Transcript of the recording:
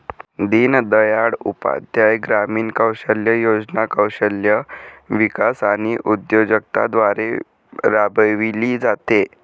दीनदयाळ उपाध्याय ग्रामीण कौशल्य योजना कौशल्य विकास आणि उद्योजकता द्वारे राबविली जाते